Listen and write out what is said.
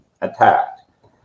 attacked